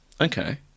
Okay